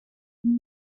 وای